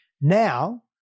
Now